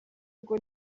ngo